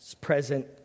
present